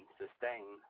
sustain